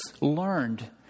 learned